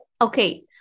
Okay